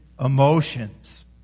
emotions